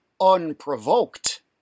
Unprovoked